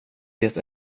det